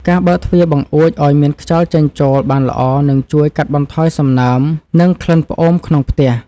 ការបើកទ្វារបង្អួចឱ្យមានខ្យល់ចេញចូលបានល្អនឹងជួយកាត់បន្ថយសំណើម និងក្លិនផ្អូមក្នុងផ្ទះ។